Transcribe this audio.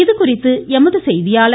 இதுகுறித்து எமது செய்தியாளர்